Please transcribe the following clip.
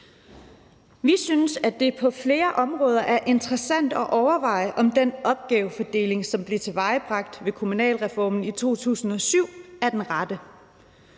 Vi synes, at det på flere områder er interessant at overveje, om den opgavefordeling, som blev tilvejebragt ved kommunalreformen i 2007, er den rette.